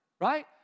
right